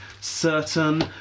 certain